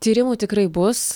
tyrimų tikrai bus